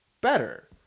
better